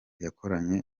yakoranye